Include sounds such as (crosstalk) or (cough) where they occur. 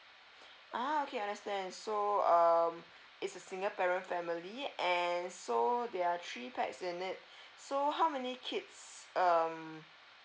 (breath) ah okay understand so um it's a single parent family and so there are three pax in it (breath) so how many kids um